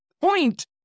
point